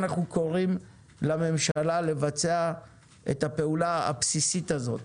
אנחנו קוראים לממשלה לבצע את הפעולה הבסיסית הזו,